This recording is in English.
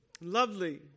lovely